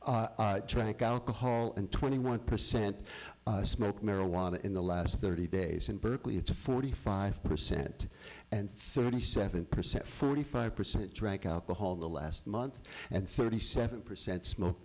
tranq alcohol and twenty one percent smoked marijuana in the last thirty days in berkeley it's a forty five percent and thirty seven percent forty five percent drank alcohol the last month and thirty seven percent smoke